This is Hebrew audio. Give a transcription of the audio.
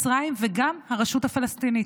מצרים וגם הרשות הפלסטינית,